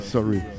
Sorry